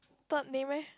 third name leh